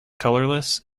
colorless